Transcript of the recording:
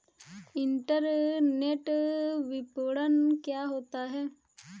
Internet विपणन क्या होता है?